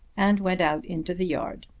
and went out into the yard.